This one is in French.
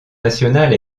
nationale